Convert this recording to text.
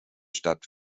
stadt